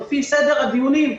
לפי סדר הדיונים.